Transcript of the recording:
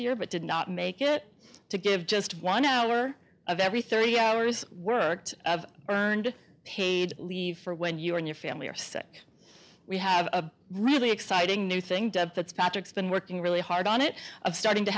year but did not make it to give just one hour of every thirty hours worked earned paid leave for when you and your family are sick we have a really exciting new thing that's patrick's been working really hard on it of starting to